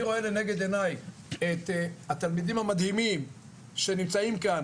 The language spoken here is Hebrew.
אני רואה לנגד עיני את התלמידים המדהימים שנמצאים כאן